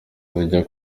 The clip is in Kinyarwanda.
zijya